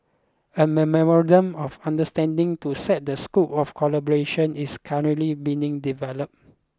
a memorandum of understanding to set the scope of collaboration is currently being developed